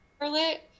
Charlotte